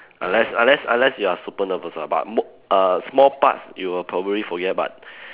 unless unless unless you are super nervous lah but mo~ err small part you will probably forget but